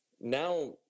Now